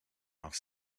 off